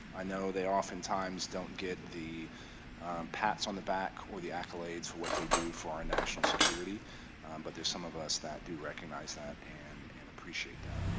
i know they oftentimes don't get the pats on the back or the accolades of for what they do for our national security but there are some of us that do recognize that and and appreciate that.